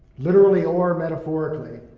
literally or metaphorically.